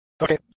Okay